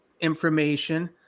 information